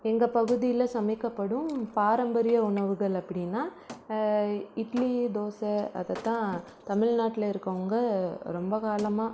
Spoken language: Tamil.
எங்கள் பகுதியில் சமைக்கப்படும் பாரம்பரிய உணவுகள் அப்படின்னா இட்லி தோசை அதைத்தான் தமிழ்நாட்ல இருக்கறவங்க ரொம்ப காலமாக